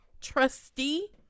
trustee